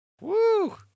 Woo